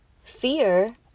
Fear